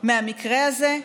מהמקרה הזה?